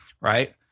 right